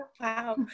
wow